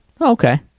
okay